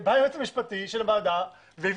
עכשיו בא היועץ המשפטי של הוועדה והביא